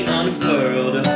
unfurled